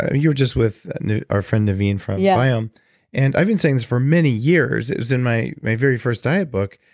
ah you were just with our friend naveen from yeah viome. um and i've been saying this for many years. it was in my my very first diet book,